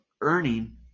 earning